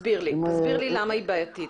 תסביר לי למה היא בעייתית.